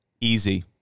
Easy